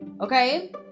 Okay